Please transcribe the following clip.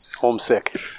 Homesick